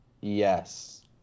yes